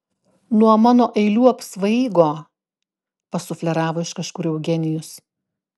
nuo mano eilių apsvaigo pasufleravo iš kažkur eugenijus